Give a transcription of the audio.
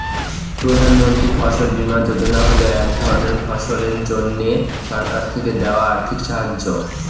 প্রধান মন্ত্রী ফসল বীমা যোজনা হল এক ধরনের ফসলের জন্যে সরকার থেকে দেওয়া আর্থিক সাহায্য